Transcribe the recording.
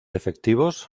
efectivos